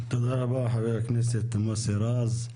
תודה רבה, חבר הכנסת מוסי רז.